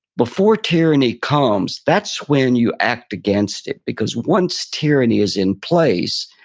before tyranny comes, that's when you act against it, because once tyranny is in place,